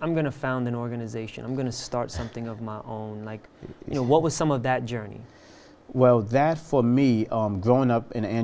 i'm going to found an organization i'm going to start something of my own like you know what was some of that journey well that for me growing up in